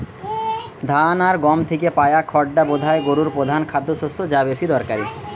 ধান আর গম থিকে পায়া খড়টা বোধায় গোরুর পোধান খাদ্যশস্য যা বেশি দরকারি